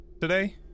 today